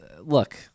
Look